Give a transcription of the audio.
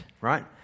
right